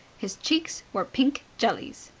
his cheeks were pink jellies.